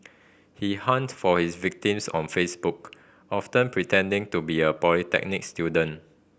he hunted for his victims on Facebook often pretending to be a polytechnic student